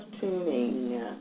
tuning